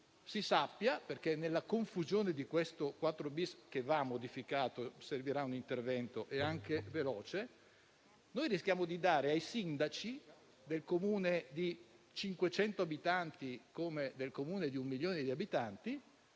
si sappia, nella confusione di questo comma 4*-bis* che va modificato, che servirà un intervento, e anche veloce, perché rischiamo di dare ai sindaci di un Comune di 500 abitanti come di un Comune di un milione di abitanti